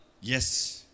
Yes